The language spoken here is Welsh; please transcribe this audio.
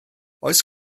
oes